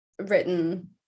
written